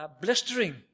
blistering